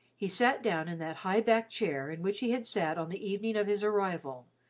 he sat down in that high-backed chair in which he had sat on the evening of his arrival,